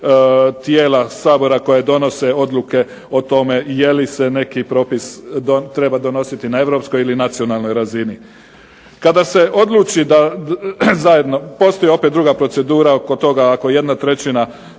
tijela Sabora koja donose odluke o tome je li se neki propis treba donositi na europskoj ili nacionalnoj razini. Kada se odluči da zajedno, postoji opet druga procedura oko toga, ako jedna trećina